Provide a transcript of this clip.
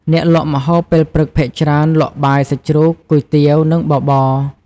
អ្នកលក់ម្ហូបពេលព្រឹកភាគច្រើនលក់បាយសាច់ជ្រូក គុយទាវ និងបបរ។